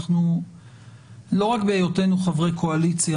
אנחנו לא רק בהיותנו חברי קואליציה,